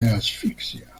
asfixia